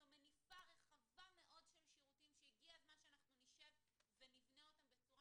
זו מניפה רחבה מאוד של שירותים שהגיעה הזמן שנשב ונבנה אותם בצורה